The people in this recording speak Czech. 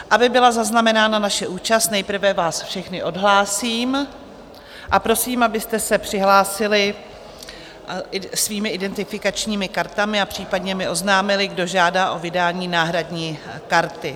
Aby byla zaznamenána naše účast, nejprve vás všechny odhlásím a prosím, abyste se přihlásili svými identifikačními kartami a případně mi oznámili, kdo žádá o vydání náhradní karty.